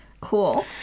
Cool